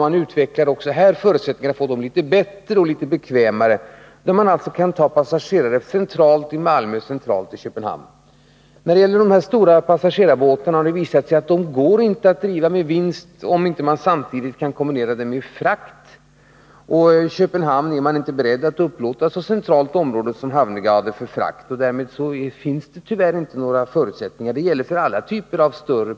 Man utvecklar också förutsättningarna för att få dessa litet bättre och bekvämare. De skall bl.a. kunna ta passagerare centralt i Malmö och centralt i Köpenhamn. När det gäller de stora passagerarbåtarna har det visat sig att det inte går att driva dessa med vinst, om man inte kan kombinera passagerartrafiken med frakt av gods. I Köpenhamn är man emellertid inte beredd att upplåta så centralt område som Hamnegade för gods. Därmed finns det tyvärr inte några förutsättningar för sådan frakt.